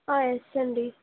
yes అండి